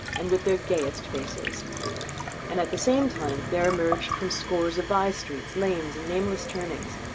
and with their gayest faces. and at the same time there emerged from scores of bye-streets, lanes, and nameless turnings,